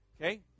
Okay